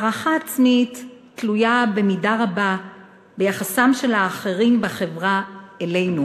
הערכה עצמית תלויה במידה רבה ביחסם של האחרים בחברה אלינו